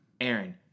Aaron